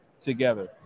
together